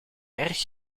erg